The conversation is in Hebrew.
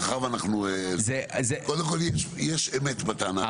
קודם כל יש אמת בטענה,